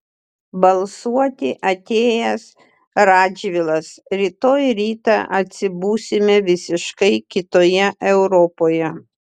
balsuoti atėjęs radžvilas rytoj rytą atsibusime visiškai kitoje europoje